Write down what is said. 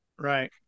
Right